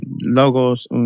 logos